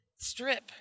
Strip